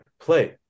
Play